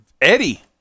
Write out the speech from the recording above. Eddie